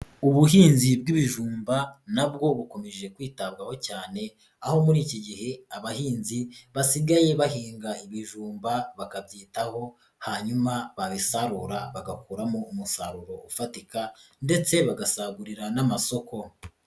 Ubuhinzi bw'ibijumba na bwo bukomeje kwitabwaho cyane, aho muri iki gihe abahinzi basigaye bahinga ibijumba, bakabyitaho, hanyuma babisarura, bagakuramo umusaruro ufatika ndetse bagasagurira n'amasoko.